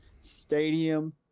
stadium